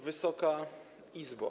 Wysoka Izbo!